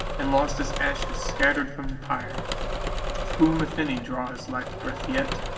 and lost as ashes scattered from the pyre. of whom if any draw his life-breath yet,